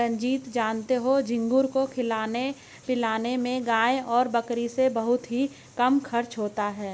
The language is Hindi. रंजीत जानते हो झींगुर को खिलाने पिलाने में गाय और बकरी से बहुत ही कम खर्च होता है